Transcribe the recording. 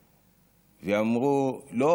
ואמרו: לא,